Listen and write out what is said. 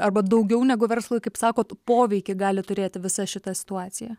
arba daugiau negu verslui kaip sakot poveikį gali turėti visa šita situacija